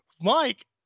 Mike